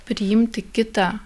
priimti kitą